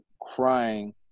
crying